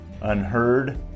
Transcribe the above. Unheard